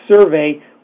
survey